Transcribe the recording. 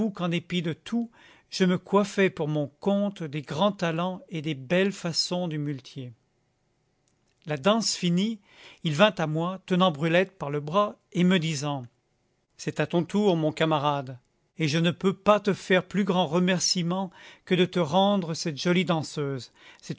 qu'en dépit de tout je me coiffais pour mon compte des grands talents et des belles façons du muletier la danse finie il vint à moi tenant brulette par le bras et me disant c'est à ton tour mon camarade et je ne peux pas te faire plus grand remercîment que de te rendre cette jolie danseuse